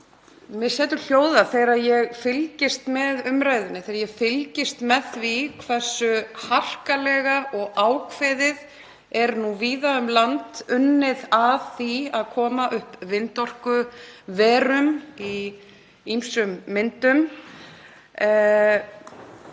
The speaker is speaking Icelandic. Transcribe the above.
Mig setur hljóða þegar ég fylgist með umræðunni, þegar ég fylgist með því hversu harkalega og ákveðið er unnið að því víða um land að koma upp vindorkuverum í ýmsum myndum.